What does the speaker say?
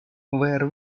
where